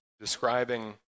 describing